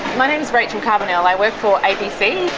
my name is rachel carbonell, i work for abc.